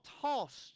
tossed